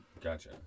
Gotcha